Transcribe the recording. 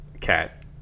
Cat